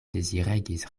deziregis